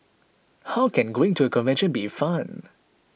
how can going to a convention be fun